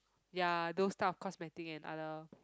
ya those type of cosmetics and other